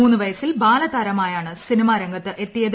മൂന്നു് പൂയ്സ്സിൽ ബാലതാരമായാണ് സിനിമാരംഗത്ത് എത്തിയത്